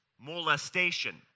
molestation